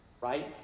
right